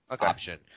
option